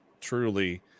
truly